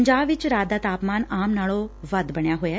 ਪੰਜਾਬ ਵਿਚ ਰਾਤ ਦਾ ਤਾਪਮਾਨ ਆਮ ਨਾਲੋਂ ਵੱਧ ਬਣਿਆ ਹੋਇਐ